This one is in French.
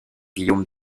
guillaume